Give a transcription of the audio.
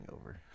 over